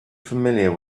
familiar